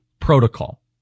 protocol